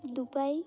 Dubai